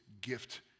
gift